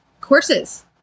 courses